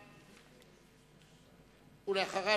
ואחריו,